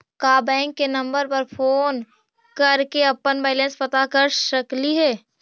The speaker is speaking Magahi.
का बैंक के नंबर पर फोन कर के अपन बैलेंस पता कर सकली हे?